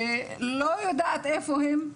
שלא יודעת איפה הם.